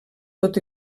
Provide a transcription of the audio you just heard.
tot